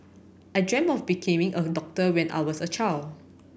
I dreamt of a doctor when I was a child